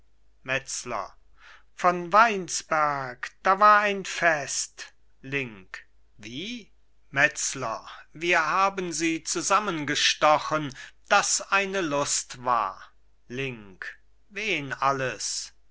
metzler von weinsberg da war ein fest link wie metzler wir haben sie zusammengestochen daß eine lust war link wen alles